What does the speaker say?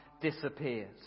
disappears